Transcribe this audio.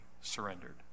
surrendered